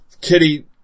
Kitty